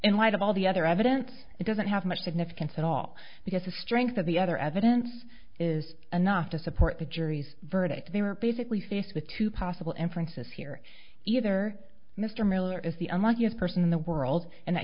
in light of all the other evidence it doesn't have much significance at all because the strength of the other evidence is enough to support the jury's verdict they were basically faced with two possible inferences here either mr miller is the unluckiest person in the world and i